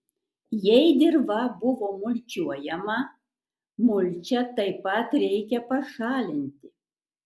jei dirva buvo mulčiuojama mulčią taip pat reikia pašalinti